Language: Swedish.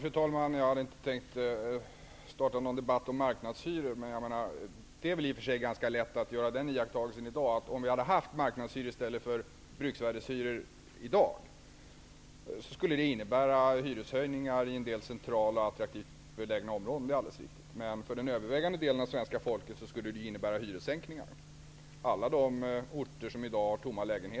Fru talman! Jag hade inte tänkt att starta en de batt om marknadshyror. Det är alldeles riktigt att det skulle innebära hyreshöjningar i en del cen tralt belägna attraktiva områden om vi i dag hade haft marknadshyror i stället för bruksvärdeshy ror. Det är väl i och för sig ganska lätt att göra den iakttagelsen. För den övervägande delen av svenska folket skulle det dock innebära hyres sänkningar. De lägenheter som står tomma på olika orter